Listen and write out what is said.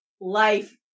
life